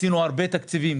הקצינו הרבה תקציבים,